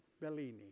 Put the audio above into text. Bellini